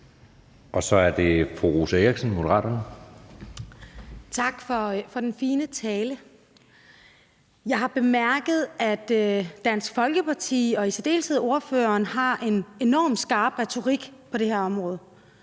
Kl. 15:44 Rosa Eriksen (M): Tak for den fine tale. Jeg har bemærket, at Dansk Folkeparti og i særdeleshed ordføreren har en enormt skarp retorik på det her område,